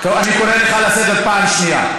אני קורא אותך לסדר פעם שנייה.